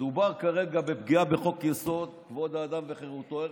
מדובר כרגע בפגיעה בחוק-יסוד: כבוד האדם וחירותו,